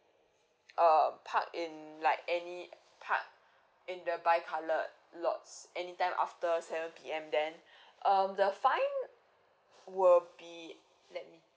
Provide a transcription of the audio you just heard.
err parked in like any parked in the by coloured lots anytime after seven P_M then um the fine will be let me